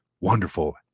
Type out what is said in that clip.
Wonderful